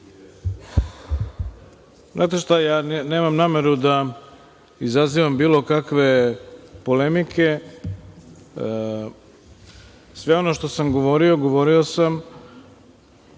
Znate šta, ja nemam nameru da izazivam bilo kakve polemike. Sve ono što sam govorio, govorio sam